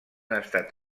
estat